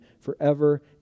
forever